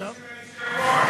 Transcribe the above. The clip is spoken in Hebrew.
של היושב-ראש.